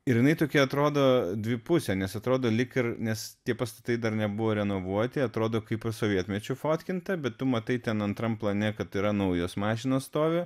ir jinai tokia atrodo dvipusė nes atrodo lyg ir nes tie pastatai dar nebuvo renovuoti atrodo kaip sovietmečiu fotkinta bet tu matai ten antram plane kad yra naujos mašinos stovi